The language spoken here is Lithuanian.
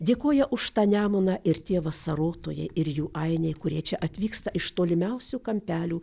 dėkoja už tą nemuną ir tie vasarotojai ir jų ainiai kurie čia atvyksta iš tolimiausių kampelių